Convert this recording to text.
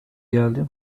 geldi